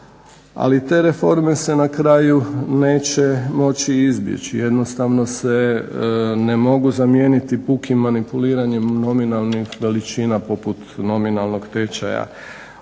ali te reforme se na kraju neće moći izbjeći, jednostavno se ne mogu zamijeniti pukim manipuliranjem nominalnih veličina poput nominalnog tečaja.